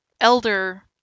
elder